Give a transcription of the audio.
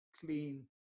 clean